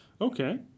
Okay